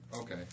Okay